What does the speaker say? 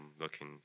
looking